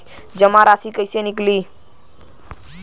जमा राशि कइसे निकली?